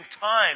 time